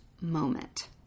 moment